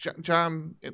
John